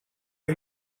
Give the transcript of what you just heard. are